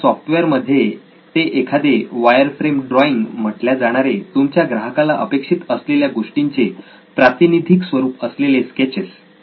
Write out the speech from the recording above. तिच्या सॉफ्टवेअर मध्ये ते एखादे वायरफ्रेम ड्रॉईंग म्हटल्या जाणारे तुमच्या ग्राहकाला अपेक्षित असलेल्या गोष्टींचे प्रातिनिधिक स्वरूप असलेले स्केचेस